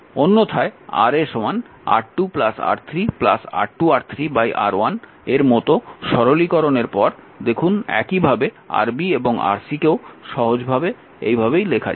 অন্যথায় Ra R2 R3 R2R3 R1 এর মত সরলীকরণের পর দেখুন একইভাবে এই Rb এবং Rc কেও সহজেই এই ভাবে লেখা যায়